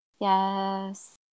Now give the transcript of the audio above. Yes